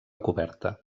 coberta